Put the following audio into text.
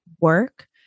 work